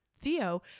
Theo